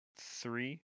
three